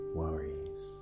worries